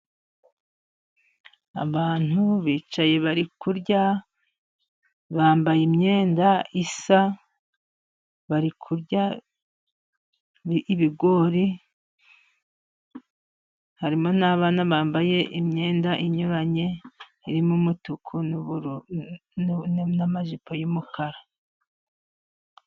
Abantu bicaye bari kurya, bambaye imyenda isa, bari kurya ibigori, harimo n'abana bambaye imyenda inyuranye, irimo umutuku n'amajipo y'umukara.